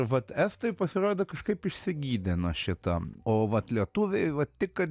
vat estai pasirodo kažkaip išsigydė nuo šito o vat lietuviai vat tik kad